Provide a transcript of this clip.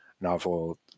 novel